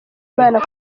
imana